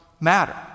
matter